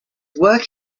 work